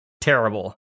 terrible